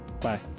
bye